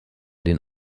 den